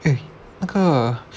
eh 那个